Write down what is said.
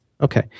Okay